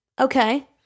Okay